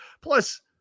Plus